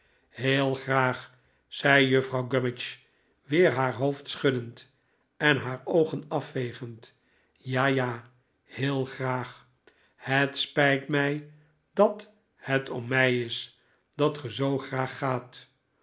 heel graag zei juffrouw gummidge weer haar hoofd schuddend en haar oogen afvegend ja ja heel graag het spijt mij dat het om mij is dat ge zoo graag gaat